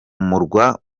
murwa